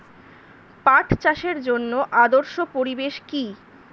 পাট চাষের জন্য আদর্শ পরিবেশ কি?